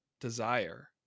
desire